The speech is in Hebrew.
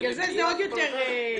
בגלל זה זה עוד יותר מוזר.